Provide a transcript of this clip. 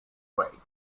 grade